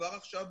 כבר עכשיו,